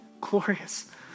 glorious